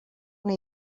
una